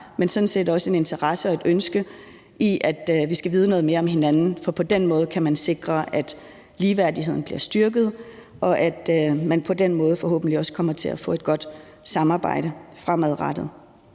men sådan set også en interesse og et ønske, i forhold til at vi skal vide noget mere om hinanden, for på den måde kan man sikre, at ligeværdigheden bliver styrket, og at man på den måde forhåbentlig også kommer til at få et godt samarbejde fremadrettet.